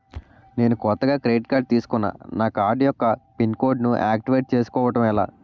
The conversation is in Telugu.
నేను కొత్తగా క్రెడిట్ కార్డ్ తిస్కున్నా నా కార్డ్ యెక్క పిన్ కోడ్ ను ఆక్టివేట్ చేసుకోవటం ఎలా?